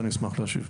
אני אשמח להשיב.